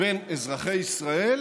בין אזרחי ישראל,